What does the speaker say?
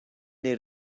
they